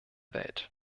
welt